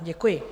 Děkuji.